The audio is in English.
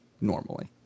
normally